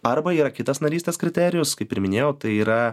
arba yra kitas narystės kriterijus kaip ir minėjau tai yra